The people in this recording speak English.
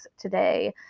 today